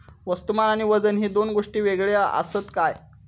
वस्तुमान आणि वजन हे दोन गोष्टी वेगळे आसत काय?